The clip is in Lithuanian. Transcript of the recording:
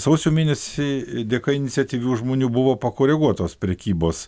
sausio mėnesį dėka iniciatyvių žmonių buvo pakoreguotos prekybos